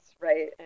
right